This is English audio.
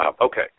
Okay